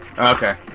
Okay